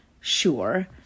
sure